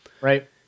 Right